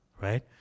right